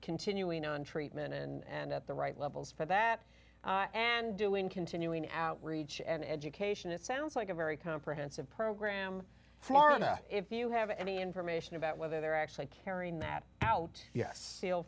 continuing on treatment and at the right levels for that and doing continuing outreach and education it sounds like a very comprehensive program if you have any information about whether they're actually carrying that out yes